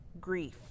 grief